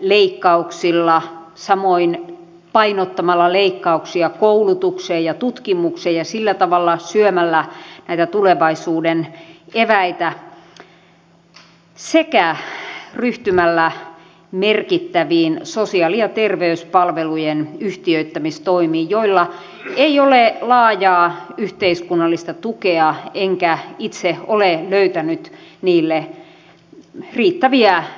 leikkauksilla samoin painottamalla leikkauksia koulutukseen ja tutkimukseen ja sillä tavalla syömällä näitä tulevaisuuden eväitä sekä ryhtymällä merkittäviin sosiaali ja terveyspalvelujen yhtiöittämistoimiin joilla ei ole laajaa yhteiskunnallista tukea enkä itse ole löytänyt niille riittäviä perusteluja